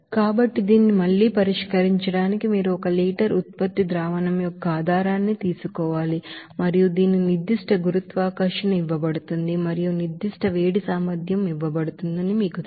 కాబట్టి దీనిని మళ్లీ పరిష్కరించడానికి మీరు ఒక లీటర్ ప్రోడక్ట్ సొల్యూషన్ యొక్క ఆధారాన్ని తీసుకోవాలి మరియు దీని స్పెసిఫిక్ గ్రావిటీ ఇవ్వబడుతుంది మరియు స్పెసిఫిక్ హీట్ కెపాసిటీ ఇవ్వబడిందని మీకు తెలుసు